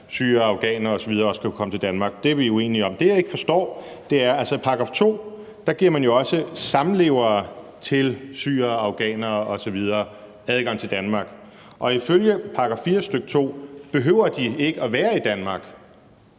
syrere og afghanere osv. også kan komme til Danmark, og det er vi uenige om. Det, jeg jo ikke forstår, er, man i § 2 også giver samlevere til syrere og afghanere osv. adgang til Danmark, og ifølge § 4, stk. 2, behøver de ikke at være i Danmark.